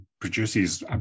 produces